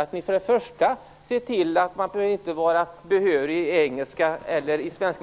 att ni för det första ser till att man inte behöver vara behörig i engelska eller i svenska.